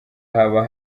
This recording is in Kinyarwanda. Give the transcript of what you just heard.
haba